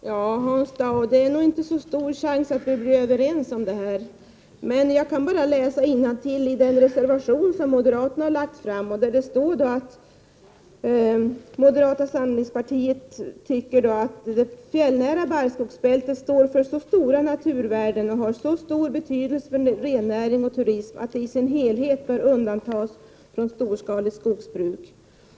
Herr talman! Det är nog, Hans Dau, inte så stor chans att vi kommer överens, men jag kan läsa innantill i moderata samlingspartiets reservation, att moderata samlingspartiet tycker ”att det fjällnära barrskogsbältet står för så stora naturvärden och har så stor betydelse för rennäringen och turismen att det i sin helhet bör undantas från storskaligt skogsbruk”.